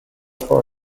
for